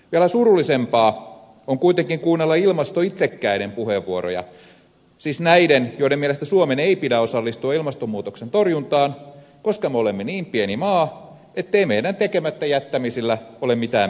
vielä surullisempaa on kuitenkin kuunnella ilmastoitsekkäiden puheenvuoroja siis näiden joiden mielestä suomen ei pidä osallistua ilmastonmuutoksen torjuntaan koska me olemme niin pieni maa ettei meidän tekemättä jättämisillämme ole mitään merkitystä